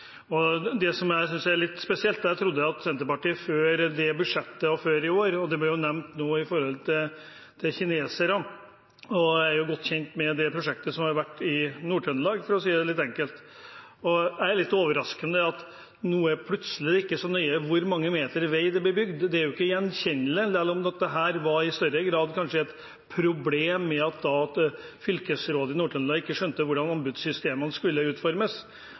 forum. Det som jeg synes er litt spesielt, er at ut fra det jeg trodde om Senterpartiet før dette budsjettet og før i år – og nå ble kinesere nevnt, og jeg er godt kjent med det prosjektet som har vært i Nord-Trøndelag, for å si det litt enkelt – er det litt overraskende at det nå plutselig ikke er så nøye hvor mange meter vei som blir bygd. Det er ikke gjenkjennelig, selv om det kanskje i større grad var et problem at fylkesrådet i Nord-Trøndelag ikke skjønte hvordan anbudssystemene skulle utformes,